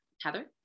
Heather